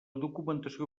documentació